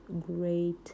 great